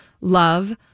love